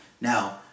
Now